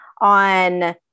on